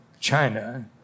China